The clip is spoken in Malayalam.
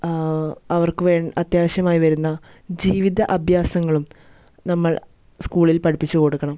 അവർക്ക് വേ അത്യാവശ്യമായി വരുന്ന ജീവിത അഭ്യാസങ്ങളും നമ്മൾ സ്കൂളിൽ പഠിപ്പിച്ച് കൊടുക്കണം